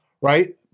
right